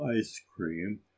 ice-cream